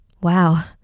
Wow